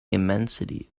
immensity